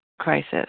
crisis